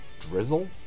drizzle